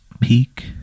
peak